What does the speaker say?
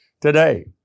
today